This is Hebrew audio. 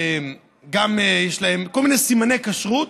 שגם יש להם כל מיני סימני כשרות,